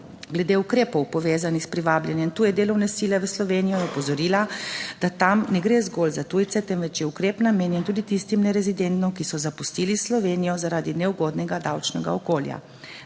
Glede ukrepov povezanih s privabljanjem tuje delovne sile v Slovenijo je opozorila, da tam ne gre zgolj za tujce, temveč je ukrep namenjen tudi tistim nerezidentom, ki so zapustili Slovenijo zaradi neugodnega davčnega okolja.